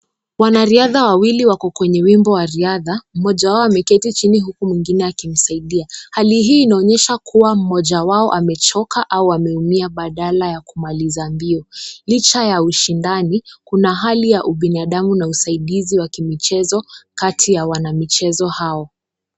Wanariadha wawili wako kwenye wimbo wa riadha, mmoja wao ameketi chini huku mwingine akimsaidia hali hii inaonyesha kuwa mmoja wao amechoka au ameumia badala ya kumaliza mbio, licha ya ushindani kuna hali ya ubinadamu na usaidizi wa kimichezo kati ya wanamichezo hao.